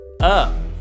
up